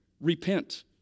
Repent